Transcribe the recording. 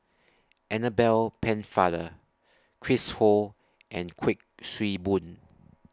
Annabel Pennefather Chris Ho and Kuik Swee Boon